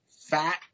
fat